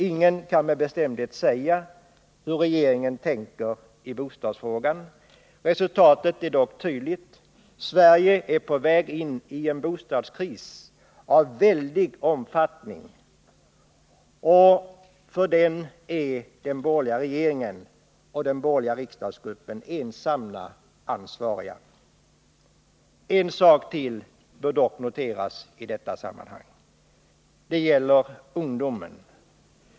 Ingen kan med bestämdhet säga hur regeringen tänker i bostadsfrågan. Resultatet är dock tydligt: Sverige är på väg in i en bostadskris av väldig omfattning, och för den är den borgerliga regeringen och de borgerliga riksdagsgrupperna ensamma ansvariga. En sak till bör dock noteras i detta sammanhang. Det gäller ungdomen.